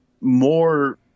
more